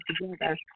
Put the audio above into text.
together